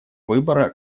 выбора